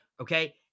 Okay